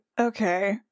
okay